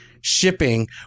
shipping